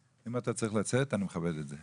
הדוח היה צריך להתפרסם כבר לפני